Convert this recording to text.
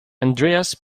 andreas